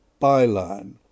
byline